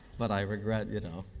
but i regret, you know?